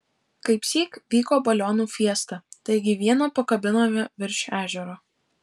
kaipsyk vyko balionų fiesta taigi vieną pakabinome virš ežero